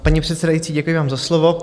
Paní předsedající, děkuji vám za slovo.